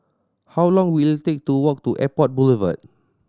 how long will it take to walk to Airport Boulevard